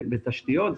בתשתיות,